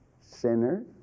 Sinner